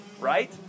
right